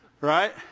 Right